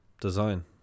design